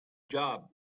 job